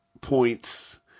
points